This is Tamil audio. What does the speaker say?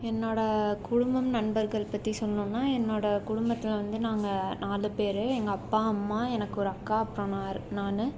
என்னோடய குடும்பம் நண்பர்கள் பற்றி சொல்லணுன்னா என்னோடய குடும்பத்தில் வந்து நாங்கள் நாலு பேர் எங்கள் அப்பா அம்மா எனக்கு ஒரு அக்கா அப்புறம் நான் நான்